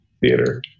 theater